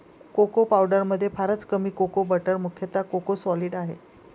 cocoa पावडरमध्ये फारच कमी कोको बटर मुख्यतः कोको सॉलिड आहे